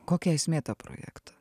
kokia esmė to projekto